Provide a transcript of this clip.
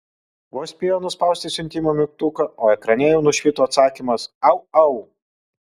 vos spėjo nuspausti siuntimo mygtuką o ekrane jau nušvito atsakymas au au